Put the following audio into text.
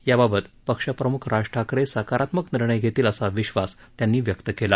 याबाबत पक्षप्रमुख राज ठाकरे सकारात्मक निर्णय घेतील असा विश्वास त्यांनी व्यक्त केला